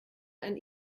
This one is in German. ein